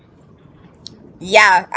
ya